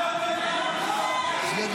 בוא תרביץ